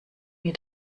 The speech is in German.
mir